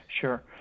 Sure